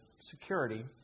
security